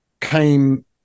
came